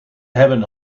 hebben